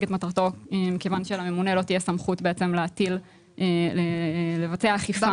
את מטרתו מכיוון שלממונה לא תהיה סמכות לבצע אכיפה.